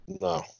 No